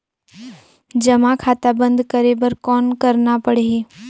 जमा खाता बंद करे बर कौन करना पड़ही?